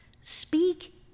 speak